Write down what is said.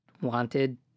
wanted